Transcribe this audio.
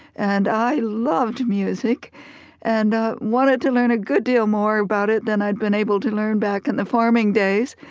and i loved music and ah wanted to learn a good deal more about that than i'd been able to learn back in the farming days.